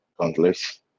countless